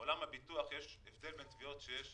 בעולם הביטוח יש הבדל בין תביעות שיש